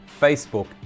facebook